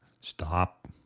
Stop